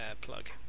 plug